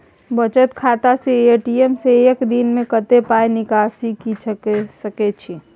बचत खाता स ए.टी.एम से एक दिन में कत्ते पाई निकासी के सके छि?